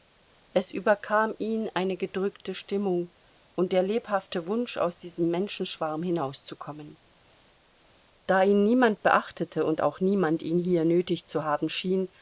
es überkam ihn eine gedrückte stimmung und der lebhafte wunsch aus diesem menschenschwarm hinauszukommen da ihn niemand beachtete und auch niemand ihn hier nötig zu haben schien